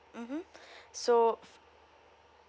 mmhmm so